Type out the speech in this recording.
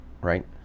right